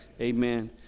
amen